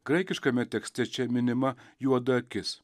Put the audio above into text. graikiškame tekste čia minima juoda akis